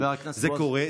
זה קורה,